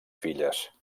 filles